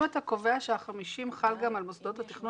אם אתה קובע שה-50 חל גם על מוסדות התכנון,